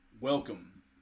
Welcome